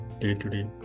day-to-day